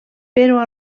però